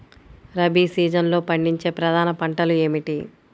రబీ సీజన్లో పండించే ప్రధాన పంటలు ఏమిటీ?